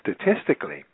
statistically